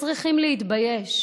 שהם צריכים להתבייש,